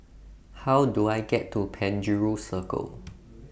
How Do I get to Penjuru Circle